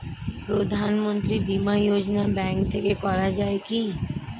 প্রধানমন্ত্রী বিমা যোজনা ব্যাংক থেকে করা যায় কি?